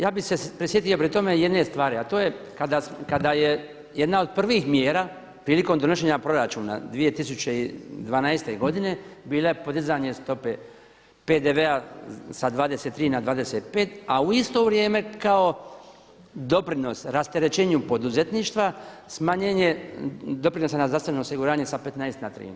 Ja bi se prisjetio pri tome jedne stvari, a to je kada je jedna od prvih mjera prilikom donošenja proračuna 2012. godine bila podizanje stope PDV-a sa 23 na 25 a u isti vrijeme kao doprinos rasterećenju poduzetništva smanjenje doprinosa na zdravstveno osiguranje sa 15 na 13.